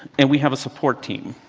and we have a support team.